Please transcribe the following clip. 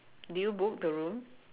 did you book the room